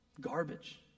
garbage